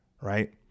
Right